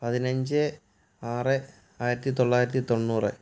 പതിനഞ്ച് ആറ് ആയിരത്തി തൊള്ളായിരത്തി തൊണ്ണൂറെ